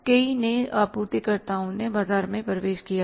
कई नए आपूर्तिकर्ताओं ने बाजार में प्रवेश किया है